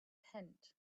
tent